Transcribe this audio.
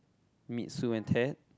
meet Sue and Ted